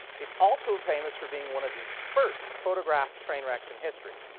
it's also famous for being one of the first photographed train wrecks in history.